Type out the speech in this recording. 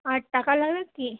আর টাকা লাগবে কি